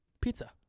pizza